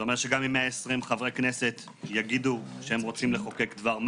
זה אומר שגם אם 120 חברי כנסת יגידו שהם רוצים לחוקק דבר מה,